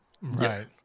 right